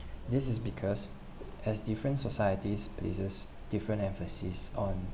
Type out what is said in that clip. this is because as different societies places different emphasis on